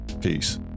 Peace